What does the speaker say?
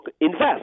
invest